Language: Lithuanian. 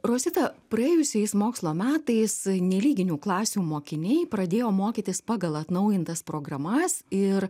rosita praėjusiais mokslo metais nelyginių klasių mokiniai pradėjo mokytis pagal atnaujintas programas ir